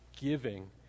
giving